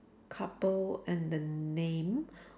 couple and the name